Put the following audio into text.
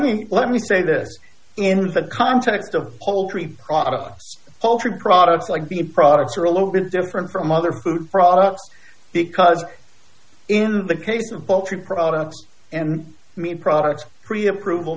me let me say this in the context of poultry products poultry products like the products are a little bit different from other food products because in the case of poultry products and meat products pre approval